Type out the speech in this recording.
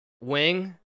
Wing